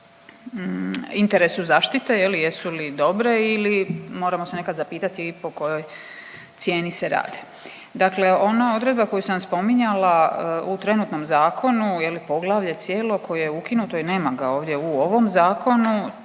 interesu zaštite je li jesu li dobre ili moramo se nekad zapitati i po kojoj cijeni se rade. Dakle, ona odredba koju sam spominjala u trenutnom zakonu, je li poglavlje cijelo koje je ukinuto i nema ga ovdje u ovom zakonu